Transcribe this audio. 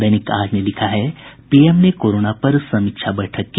दैनिक आज ने लिखा है पीएम ने कोरोना पर समीक्षा बैठक की